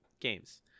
games